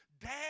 dad